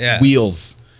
wheels